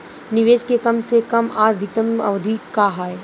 निवेश के कम से कम आ अधिकतम अवधि का है?